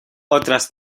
otras